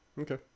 Okay